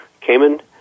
Cayman